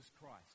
Christ